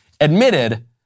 admitted